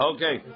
Okay